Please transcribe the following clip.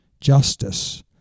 justice